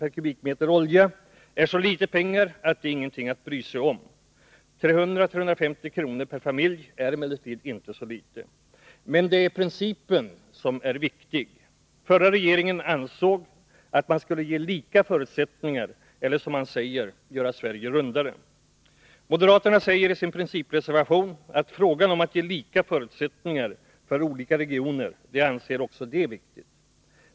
per kubikmeter olja är så litet pengar att det är ingenting att bry sig om. 300-350 kr. per familj är emellertid inte så litet. Men det är principen som är viktig. Den förra regeringen ansåg att man skulle ge lika förutsättningar eller — som man säger — göra Sverige rundare. Moderaterna säger i sin principreservation att också de anser frågan om att ge lika förutsättningar för olika regioner vara viktig.